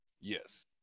Yes